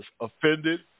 offended